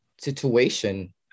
situation